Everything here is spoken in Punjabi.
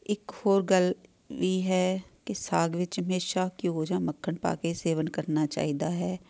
ਇੱਕ ਹੋਰ ਗੱਲ ਵੀ ਹੈ ਕਿ ਸਾਗ ਵਿੱਚ ਹਮੇਸ਼ਾ ਘਿਓ ਜਾਂ ਮੱਖਣ ਪਾ ਕੇ ਸੇਵਨ ਕਰਨਾ ਚਾਹੀਦਾ ਹੈ